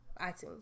iTunes